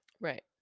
Right